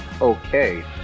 Okay